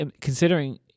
considering